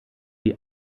die